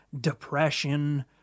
depression